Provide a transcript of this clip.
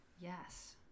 Yes